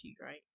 right